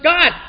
God